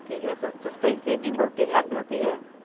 ठीक हे भैया सु सुनते हैं सी एन जी में बहुत तेज आग ढलती हे